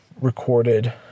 recorded